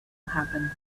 happen